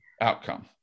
outcome